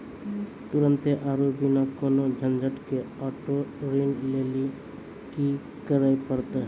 तुरन्ते आरु बिना कोनो झंझट के आटो ऋण लेली कि करै पड़तै?